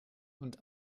und